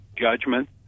judgment